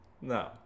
no